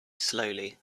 slowly